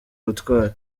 ubutwari